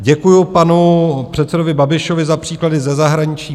Děkuji panu předsedovi Babišovi za příklady ze zahraničí.